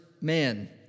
man